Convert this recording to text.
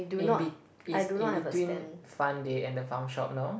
in bit~ it's in between Fun Day and the found shop no